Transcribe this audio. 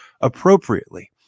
appropriately